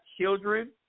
children